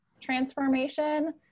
transformation